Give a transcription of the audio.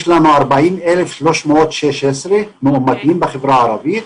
יש לנו 40,316 מאומתים בחברה הערבית,